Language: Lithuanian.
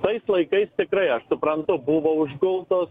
tais laikais tikrai aš suprantu buvo užgautos